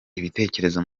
ibitekerezo